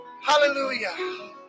Hallelujah